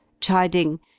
chiding